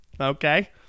Okay